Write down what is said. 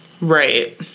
Right